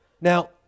Now